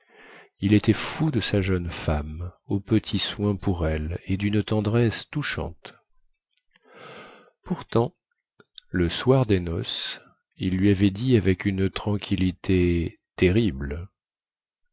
il était fou de sa jeune femme aux petits soins pour elle et dune tendresse touchante pourtant le soir des noces il lui avait dit avec une tranquillité terrible